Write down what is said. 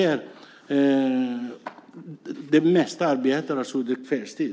De flesta arbetar tyvärr kvällstid.